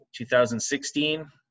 2016